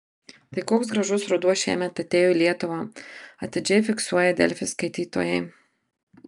tai koks gražus ruduo šiemet atėjo į lietuvą atidžiai fiksuoja delfi skaitytojai